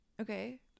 Okay